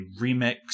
remix